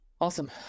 awesome